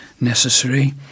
necessary